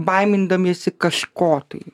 baimindamiesi kažko tai